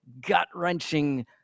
gut-wrenching